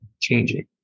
changing